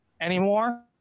anymore